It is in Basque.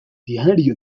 diario